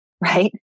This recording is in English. right